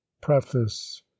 Preface